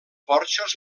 porxos